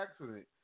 accident